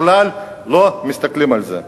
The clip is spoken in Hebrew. בכלל לא מסתכלים על זה.